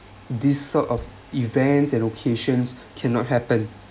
this sort of events allocation cannot happen